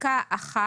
בפסקה (1),